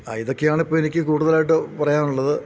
ആ ഇതൊക്കെയാണ് ഇപ്പോള് എനിക്കു കൂടുതലായിട്ടു പറയാനുള്ളത്